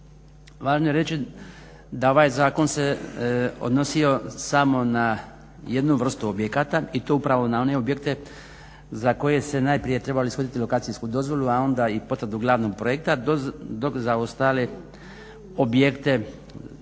Važno je reći da ovaj zakon se odnosio samo na jednu vrstu objekata i to upravo na one objekte za koje je najprije trebalo ishoditi lokacijsku dozvolu, a onda i potvrdu glavnog projekta dok za ostale objekte